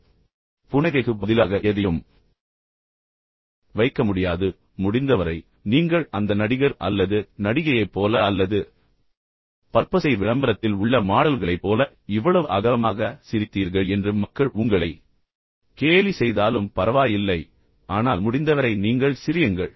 எனவே புன்னகைக்கு பதிலாக எதையும் வைக்கமுடியாது முடிந்தவரை நீங்கள் அந்த நடிகர் அல்லது நடிகையைப் போல அல்லது பற்பசை விளம்பரத்தில் உள்ள மாடல்களைப் போல இவ்வளவு அகலமாக சிரித்தீர்கள் என்று மக்கள் உங்களை கேலி செய்தாலும் பரவாயில்லை ஆனால் முடிந்தவரை நீங்கள் சிரியுங்கள்